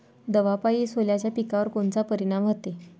दवापायी सोल्याच्या पिकावर कोनचा परिनाम व्हते?